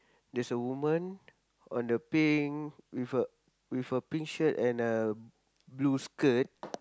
there's a woman on the pink with a with a pink shirt and a blue skirt